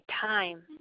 time